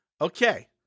Okay